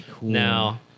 now